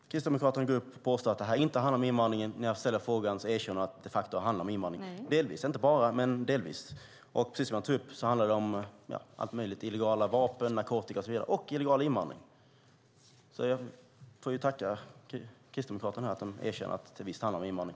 Fru talman! Det var intressant. Kristdemokraterna går upp och påstår att det här inte handlar om invandringen, men när jag ställer frågan erkänner man att det de facto handlar om invandring - inte bara, men delvis. Precis som jag tog upp handlar det om allt möjligt, till exempel illegala vapen, narkotika och illegal invandring. Jag får tacka Kristdemokraterna för att de erkänner att det visst handlar om invandring.